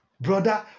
Brother